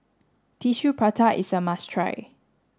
tissue prata is a must try